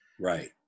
Right